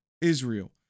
Israel